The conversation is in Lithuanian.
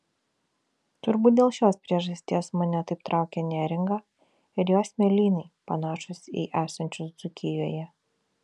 turbūt dėl šios priežasties mane taip traukia neringa ir jos smėlynai panašūs į esančius dzūkijoje